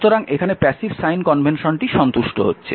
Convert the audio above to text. সুতরাং এখানে passive sign কনভেনশনটি সন্তুষ্ট হচ্ছে